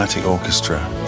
orchestra